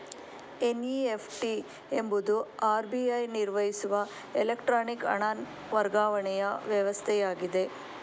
NEFT ಎಂಬುದು RBI ನಿರ್ವಹಿಸುವ electronic ಹಣ ವರ್ಗಾವಣೆಯ ವ್ಯವಸ್ಥೆಯಾಗಿದೆ